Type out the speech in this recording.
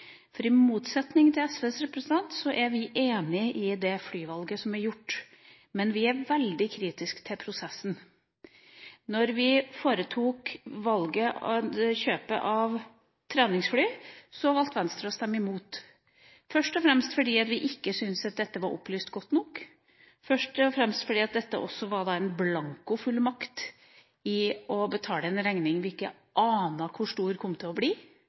flyvalg. I motsetning til SVs representant, er vi enig i det flyvalget som er gjort, men vi er veldig kritiske til prosessen. Da vi foretok kjøpet av treningsfly, så valgte Venstre å stemme imot – først og fremst fordi vi ikke syntes at dette var opplyst godt nok, men også fordi dette var en blankofullmakt til en regning som vi ikke ante hvor stor ville bli, eller som det var lagt prosess på. Vi kommer i dag til å